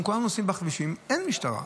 אנחנו כולנו נוסעים בכבישים ואין משטרה.